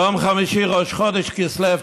יום חמישי, ראש חודש כסלו תשע"ו,